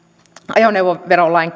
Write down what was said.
ajoneuvoverolain